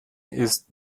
ist